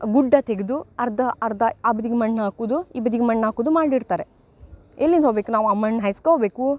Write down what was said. ಗುಡ್ಡ ತೆಗೆದು ಅರ್ಧ ಅರ್ಧ ಆ ಬದಿಗೆ ಮಣ್ಣು ಹಾಕುದು ಈ ಬದಿಗೆ ಮಣ್ಣು ಹಾಕುದು ಮಾಡಿಡ್ತಾರೆ ಎಲ್ಲಿಂದ ಹೋಗ್ಬೇಕು ನಾವು ಆ ಮಣ್ಣು ಹಾಯ್ಸ್ಕೊ ಹೋಗ್ಬೇಕು